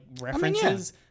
references